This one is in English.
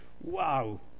Wow